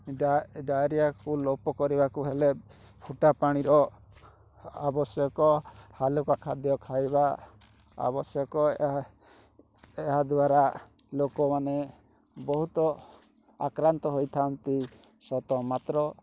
ଡ଼ାଇ ଡ଼ାଇରିଆକୁ ଲୋପ କରିବାକୁ ହେଲେ ଫୁଟା ପାଣିର ଆବଶ୍ୟକ ହାଲୁକା ଖାଦ୍ୟ ଖାଇବା ଆବଶ୍ୟକ ଏହା ଏହା ଦ୍ଵାରା ଲୋକମାନେ ବହୁତ ଆକ୍ରାନ୍ତ ହୋଇଥାନ୍ତି ସତ ମାତ୍ର